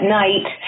night